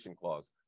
clause